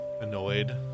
annoyed